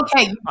Okay